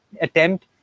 attempt